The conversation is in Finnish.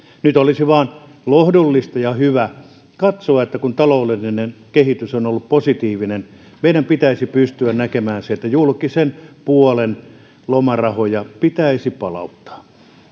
nyt olisi vain lohdullista ja hyvä katsoa kun taloudellinen kehitys on on ollut positiivinen ja meidän pitäisi pystyä näkemään se että julkisen puolen lomarahoja pitäisi palauttaa